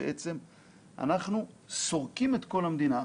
אנחנו סורקים את כל המדינה.